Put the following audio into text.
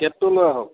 টিকেটটো লৈ আহক